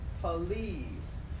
police